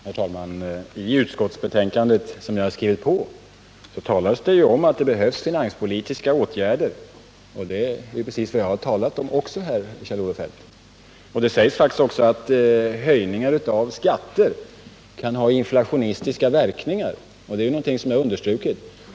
Herr talman! I det utskottsbetänkande som jag varit med om att utforma talas det om att det behövs finanspolitiska åtgärder, och det är precis vad jag talat om även här, Kjell-Olof Feldt. Det sägs faktiskt också att höjningar av skatter kan ha inflationistiska verkningar, och det är någonting som jag understrukit.